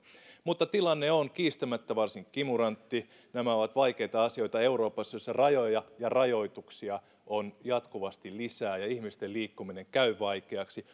tilanne on kiistämättä varsin kimurantti nämä ovat vaikeita asioita euroopassa missä rajoja ja rajoituksia on jatkuvasti lisää ja ihmisten liikkuminen käy vaikeaksi